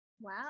Wow